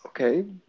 Okay